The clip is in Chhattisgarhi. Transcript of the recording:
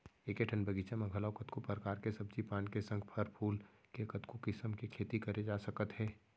एके ठन बगीचा म घलौ कतको परकार के सब्जी पान के संग फर फूल के कतको किसम के खेती करे जा सकत हे